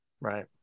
right